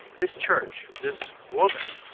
this church, this woman,